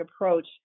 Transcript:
approach